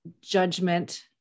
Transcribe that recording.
judgment